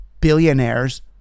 billionaires